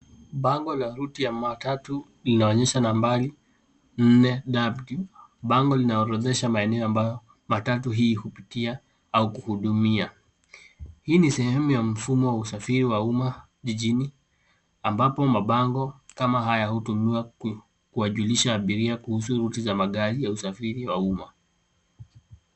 Bango la ruti ya matatu inaonyesha nambari nne W . Bango linaorodhesha maeneo ambayo matatu hii hupitia au kuhudumia. Hii ni sehemu ya mfumo wa usafiri wa umma jijini ambapo mabango kama haya hutumiwa kuwajulisha abiria kuhusu ruti za magari ya usafiri wa umma.